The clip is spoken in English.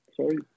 Sorry